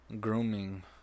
Grooming